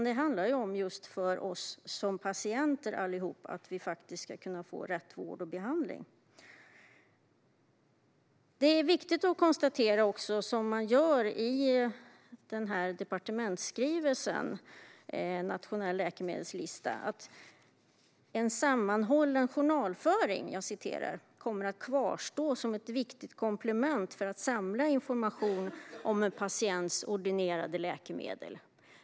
Det handlar om att vi som patienter ska kunna få rätt vård och behandling. Det är viktigt att konstatera, som man också gör i departementsskrivelsen Nationell läkemedelslista, att en "sammanhållen journalföring kommer att kvarstå som ett viktigt komplement för att samla information om en patients ordinerade läkemedel".